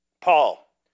Paul